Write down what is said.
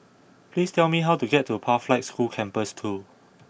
please tell me how to get to Pathlight School Campus two